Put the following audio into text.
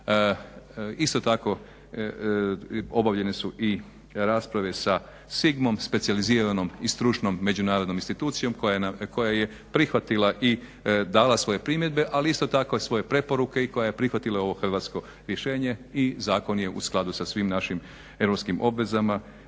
Isto tako obavljene su i rasprave sa SIGMA-om specijaliziranom i stručnom međunarodnom institucijom koja je prihvatila i dala svoje primjedbe ali isto tako svoje preporuke i koja je prihvatila ovo hrvatsko rješenje i zakon je u skladu sa svim našim europskim obvezama